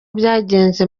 byagenze